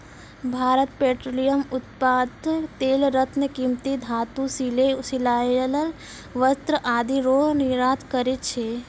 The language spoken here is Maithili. भारत पेट्रोलियम उत्पाद तेल रत्न कीमती धातु सिले सिलायल वस्त्र आदि रो निर्यात करै छै